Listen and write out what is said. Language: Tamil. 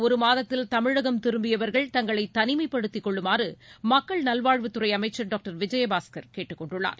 ஒரு மாதத்தில் தமிழகம் திரும்பியவர்கள் தங்களை தனிமைப்படுத்திக் கொள்ளுமாறு மக்கள் நல்வாழ்வுத்துறை அமைச்சர் டாக்டர் விஜயபாஸ்கர் கேட்டுக் கொண்டுள்ளார்